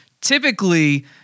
typically